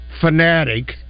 fanatic